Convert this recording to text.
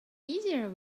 easier